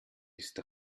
ist